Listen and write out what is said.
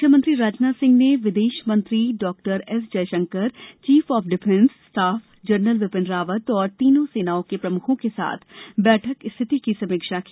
रक्षामंत्री राजनाथ सिंह ने विदेश मंत्री doctor S Jaishankar chief of defence staff general Bipin Rawat और तीनों सेनाओं के प्रमुखों के साथ बैठक कर स्थिति की समीक्षा की